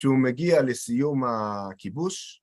‫כשהוא מגיע לסיום הכיבוש...